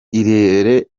irebere